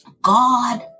God